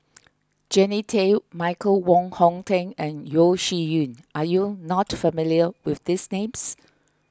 Jannie Tay Michael Wong Hong Teng and Yeo Shih Yun are you not familiar with these names